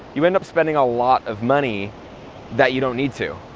you end up spending a lot of money that you don't need to.